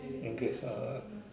engage lah ah